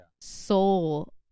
soul